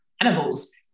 animals